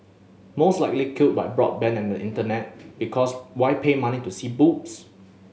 most likely killed by broadband and the Internet because why pay money to see boobs